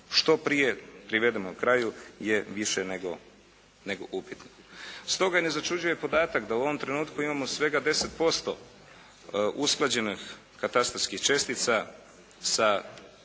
što prije privedemo kraju je više nego upitna. Stoga ne začuđuje podatak da u ovom trenutku imamo svega 10% usklađenih katastarskih čestica sa